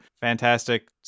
fantastic